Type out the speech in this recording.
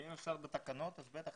אם אפשר בתקנות, בטח.